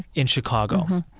in chicago,